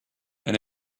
and